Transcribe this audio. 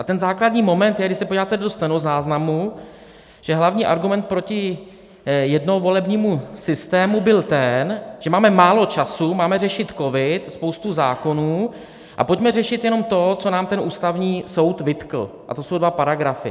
A ten základní moment je, když se podíváte do stenozáznamu, že hlavní argument proti jednovolebnímu systému byl ten, že máme málo času, máme řešit covid, spoustu zákonů, a pojďme řešit jenom to, co nám Ústavní soud vytkl, a to jsou dva paragrafy.